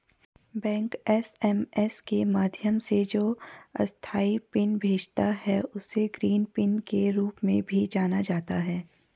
bank SMS के माध्यम से जो अस्थायी पिन भेजता है, उसे ग्रीन पिन के रूप में भी जाना जाता है